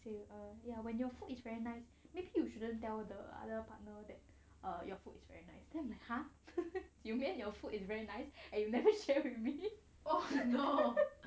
say ya when you food is uh very nice maybe you shouldn't tell the other partner that uh your food is very nice then I was like !huh! you mean your food is very nice and you never share with me